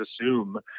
assume